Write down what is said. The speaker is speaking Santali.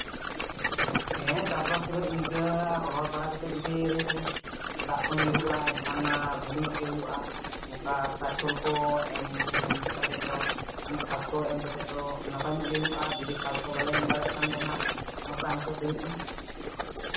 ᱦᱮᱸ ᱪᱟᱥᱵᱟᱥ ᱠᱚᱫᱚ ᱤᱝᱠᱟᱹ ᱨᱚᱦᱚᱭ ᱵᱟᱲᱟ ᱠᱟᱛᱮ ᱡᱩᱫᱤ ᱫᱟᱜ ᱠᱚ ᱧᱩᱨᱩᱜᱼᱟ ᱮᱱᱠᱷᱟᱱ ᱢᱟ ᱵᱷᱟᱞᱮ ᱧᱚᱜ ᱜᱮ ᱦᱩᱭᱩᱜᱼᱟ ᱚᱱᱠᱟ ᱥᱟᱨ ᱠᱷᱳᱞ ᱠᱚ ᱮᱢ ᱠᱟᱛᱮ ᱫᱚ ᱢᱟᱱᱮ ᱠᱷᱟᱫ ᱠᱚ ᱮᱢ ᱠᱟᱛᱮ ᱫᱚ ᱱᱟᱯᱟᱭ ᱧᱚᱜ ᱜᱮ ᱦᱩᱭᱩᱜᱼᱟ ᱟᱨ ᱡᱩᱫᱤ ᱠᱷᱟᱫ ᱠᱚ ᱵᱟᱞᱮ ᱮᱢ ᱫᱟᱲᱮᱜ ᱠᱷᱟᱱ ᱫᱚ ᱱᱟᱜ ᱚᱱᱠᱟ ᱦᱤᱥᱟᱹᱵᱽ ᱦᱩᱭᱩᱜᱼᱟ